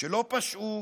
שלא פשעו,